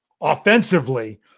offensively